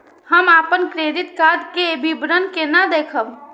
हम अपन credit card के विवरण केना देखब?